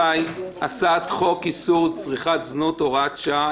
--- הצעת חוק איסור צריכת זנות (הוראת שעה),